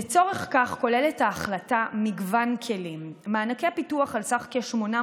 לצורך זה כוללת ההחלטה מגוון כלים: מענקי פיתוח בסך כ-800